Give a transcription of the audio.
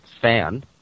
fan